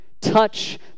Touch